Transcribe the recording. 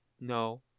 No